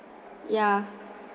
ya